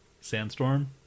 Sandstorm